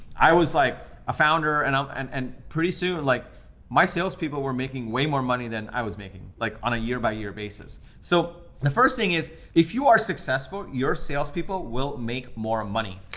i was like a founder and um and and pretty soon like my salespeople were making way more money than i was making, like on a year by year basis. so the first thing is, if you are successful, your salespeople will make more money.